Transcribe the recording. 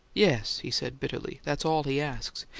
yes, he said, bitterly. that's all he asks!